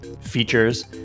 features